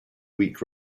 week